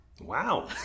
Wow